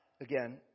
again